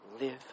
live